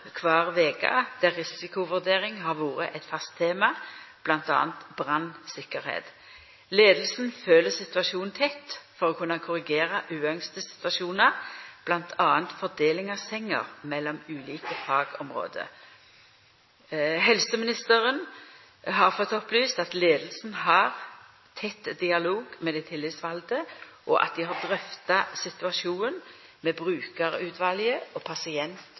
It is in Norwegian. hver uke, der risikovurdering har vært et fast tema, bl.a. brannsikkerhet. Ledelsen følger situasjonen tett for å kunne korrigere uønskede situasjoner, bl.a. fordeling av senger mellom ulike fagområder. Helseministeren har fått opplyst at ledelsen har tett dialog med de tillitsvalgte, og at de har drøftet situasjonen med brukerutvalget og pasient-